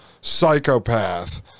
psychopath